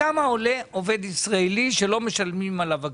וכמה עולה עובד ישראלי שלא משלמים עליו אגרה?